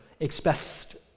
expressed